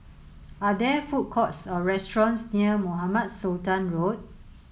are there food courts or restaurants near Mohamed Sultan Road